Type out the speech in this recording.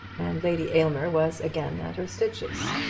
and lady aylmer was again at her stitches.